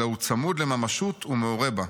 אלא הוא צמוד לממשות ומעורה בה,